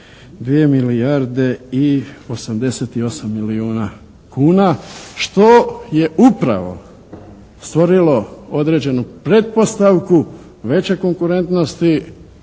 2 milijarde i 88 milijuna kuna. Što je upravo stvorilo određenu pretpostavku veće konkurentnosti